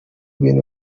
bintu